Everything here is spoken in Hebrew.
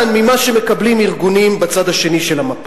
ממה שמקבלים ארגונים בצד השני של המפה.